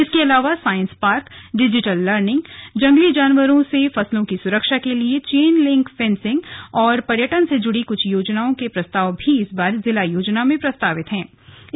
इसके अलावा science park digital learning जंगली जानवरों से फसलों की सुरक्षा के लिए चेन लिंक फेंसिंग और पर्यटन से जुड़ी कुछ योजनाओं के प्रस्ताव भी इस बार जिला योजना में प्रस्तावित की गई है